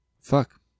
fuck